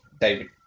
David